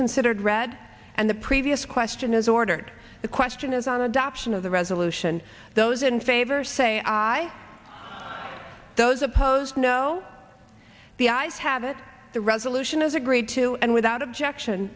considered read and the previous question is ordered the question is on adoption of the resolution those in favor say aye those opposed no the ayes have it the resolution is agreed to and without objection